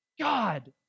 God